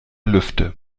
lüfte